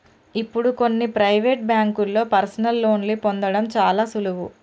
ఇప్పుడు కొన్ని ప్రవేటు బ్యేంకుల్లో పర్సనల్ లోన్ని పొందడం చాలా సులువు